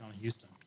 Houston